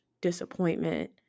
disappointment